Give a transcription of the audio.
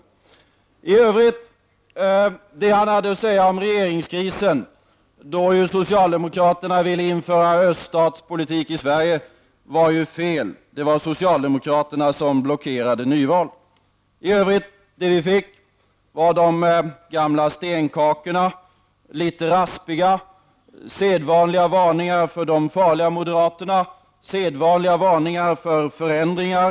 Vad statsministern hade att säga om regeringskrisen, då ju socialdemokraterna ville införa öststatspolitik i Sverige, var ju fel. Det var socialdemokraterna som blockerade nyval. Vad vi fick i övrigt var de gamla stenkakorna, litet raspiga — sedvanliga varningar för de farliga moderaterna, sedvanliga varningar för förändringar.